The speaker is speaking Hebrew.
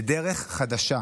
לדרך חדשה.